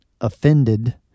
offended